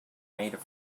made